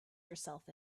yourself